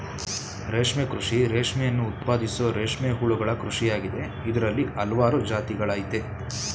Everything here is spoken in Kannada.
ರೇಷ್ಮೆ ಕೃಷಿ ರೇಷ್ಮೆಯನ್ನು ಉತ್ಪಾದಿಸೋ ರೇಷ್ಮೆ ಹುಳುಗಳ ಕೃಷಿಯಾಗಿದೆ ಇದ್ರಲ್ಲಿ ಹಲ್ವಾರು ಜಾತಿಗಳಯ್ತೆ